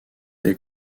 est